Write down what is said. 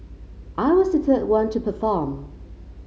I was the third one to perform